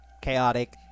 chaotic